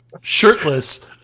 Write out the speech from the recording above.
Shirtless